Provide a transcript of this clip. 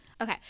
Okay